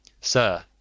sir